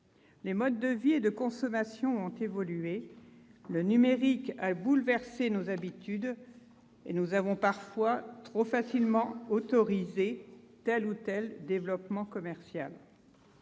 Les modes de vie et de consommation ont évolué, le numérique a bouleversé nos habitudes, et nous avons parfois trop facilement autorisé tel ou tel développement commercial.